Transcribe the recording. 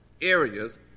areas